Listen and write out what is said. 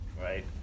right